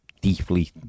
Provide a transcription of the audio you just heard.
deeply